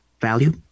value